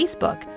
Facebook